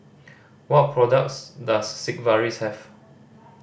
what products does Sigvaris have